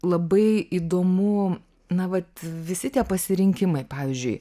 labai įdomu na vat visi tie pasirinkimai pavyzdžiui